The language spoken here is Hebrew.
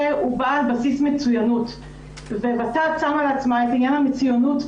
הוועדה רואה את המצב הקיים כמצב בעייתי שבו יש חסמים רבים לציבור